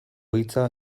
hitza